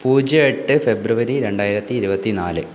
പൂജ്യം എട്ട് ഫെബ്രുവരി രണ്ടായിരത്തി ഇരുപത്തി നാല്